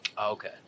Okay